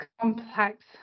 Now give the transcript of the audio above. complex